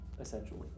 essentially